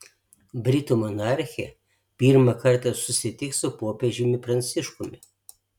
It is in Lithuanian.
britų monarchė pirmą kartą susitiks su popiežiumi pranciškumi